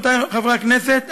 רבותיי חברי הכנסת,